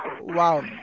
Wow